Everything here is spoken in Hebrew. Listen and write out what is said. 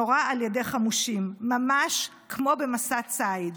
נורה על ידי חמושים, ממש כמו במסע ציד.